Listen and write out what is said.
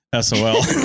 SOL